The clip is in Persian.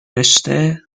رشته